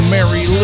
Mary